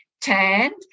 tanned